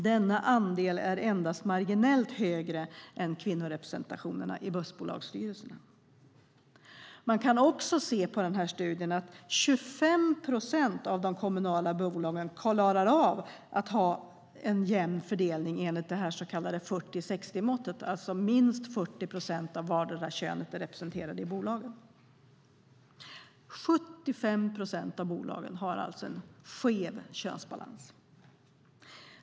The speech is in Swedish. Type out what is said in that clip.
Denna andel är endast marginellt större än kvinnorepresentationen i börsbolagsstyrelserna. Man kan i dessa studier också se att 25 procent av de kommunala bolagen klarar av att ha en jämn fördelning enligt det så kallade 40-60-måttet, alltså att minst 40 procent av vartdera könet ska vara representerat i bolagen. 75 procent av bolagen har alltså en skev könsbalans.